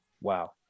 wow